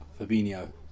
Fabinho